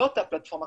לא אותה פלטפורמה,